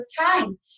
time